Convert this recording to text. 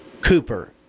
Cooper